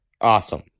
awesome